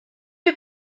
est